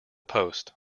post